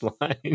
line